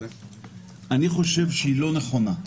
אני חושב שהיא לא נכונה.